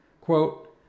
Quote